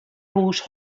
hûs